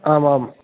आम् आम्